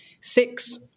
Six